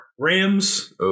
Rams